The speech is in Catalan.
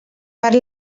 per